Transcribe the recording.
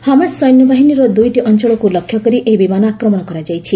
ହାମସ୍ ସେନାବାହିନୀର ଦୁଇଟି ଅଞ୍ଚଳକୁ ଲକ୍ଷ୍ୟ କରି ଏହି ବିମାନ ଆକ୍ରମଣ କରାଯାଇଛି